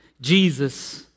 Jesus